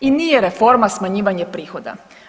I nije reforma smanjivanje prihoda.